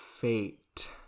Fate